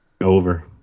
Over